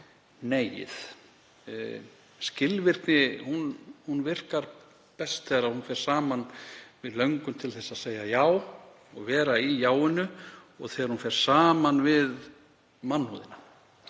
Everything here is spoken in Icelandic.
neiið. Skilvirkni virkar best þegar hún fer saman við löngun til að segja já og vera í jáinu og þegar hún fer saman við mannúðina.